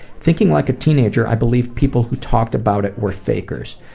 thinking like a teenager, i believed people who talked about it were fakers,